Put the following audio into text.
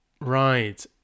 Right